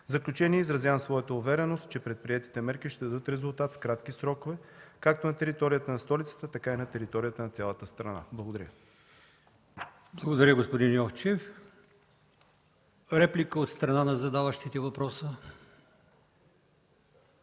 В заключение, изразявам своята увереност, че предприетите мерки ще дадат резултат в кратки срокове както на територията на столицата, така и на територията на цялата страна. Благодаря Ви. ПРЕДСЕДАТЕЛ АЛИОСМАН ИМАМОВ: Благодаря, господин Йовчев. Реплика от страна на задаващите въпроса.